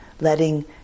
letting